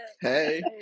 Hey